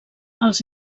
els